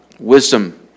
Wisdom